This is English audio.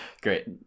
great